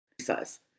size